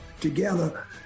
together